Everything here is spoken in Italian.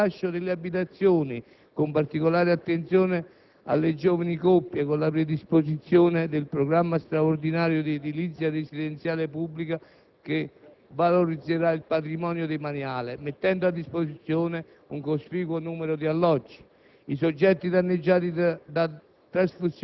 i soggetti sottoposti a procedure esecutive di rilascio delle abitazioni, con particolare attenzione alle giovani coppie con la predisposizione del programma straordinario di edilizia residenziale pubblica che valorizzerà il patrimonio demaniale, mettendo a disposizione un cospicuo numero di alloggi.